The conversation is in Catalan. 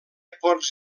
pots